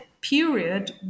period